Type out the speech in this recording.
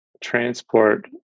transport